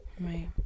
Right